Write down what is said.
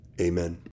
amen